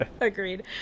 Agreed